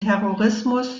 terrorismus